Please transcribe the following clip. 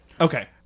Okay